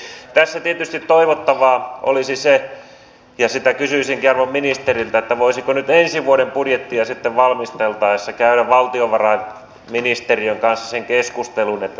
olen nähnyt kirjoituksia siitä että olisiko parempi semmoinen maahanmuuttopolitiikka että euroopassa saataisiin ne asiat sovittua niin että otettaisiin sieltä leireiltä ne kenen taustat on tutkittu niin kuin esimerkiksi australia ja kanada tekevät